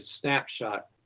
snapshot